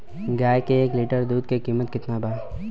गाय के एक लीटर दुध के कीमत केतना बा?